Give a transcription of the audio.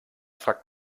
fragt